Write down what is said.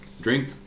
drink